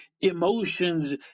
emotions